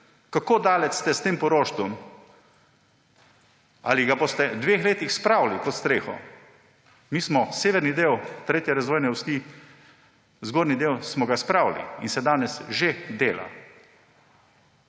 Kako daleč ste s tem poroštvom? Ali ga boste v dveh letih spravili pod streho? Mi smo severni del tretje razvojne osi, zgornji del, spravili in se danes že dela.